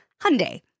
Hyundai